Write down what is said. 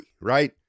right